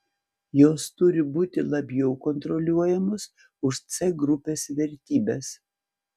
jos turi būti labiau kontroliuojamos už c grupės vertybes